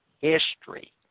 history